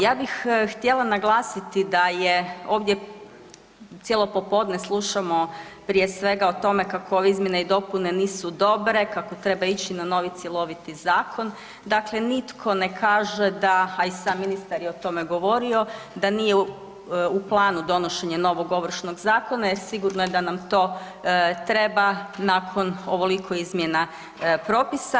Ja bih htjela naglasiti da je ovdje cijelo popodne slušamo prije svega o tome kako ove izmjene i dopune nisu dobre, kako treba ići na novi cjeloviti zakon, dakle nitko ne kaže da, a i sam ministar je o tome govorio da nije u planu donošenje novog Ovršnog zakona jer sigurno je da nam to treba nakon ovoliko izmjena propisa.